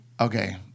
Okay